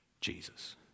Jesus